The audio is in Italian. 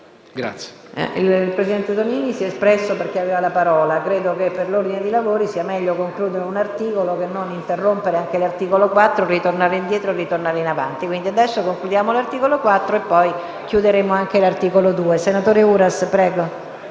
Il presidente Tonini si è espresso perché aveva la parola. Credo che per l'ordine dei lavori sia meglio concludere un articolo e non interrompere anche l'articolo 4, ritornare indietro e poi in avanti. Quindi, adesso concludiamo l'articolo 4 e, poi, "chiuderemo" anche l'articolo 2.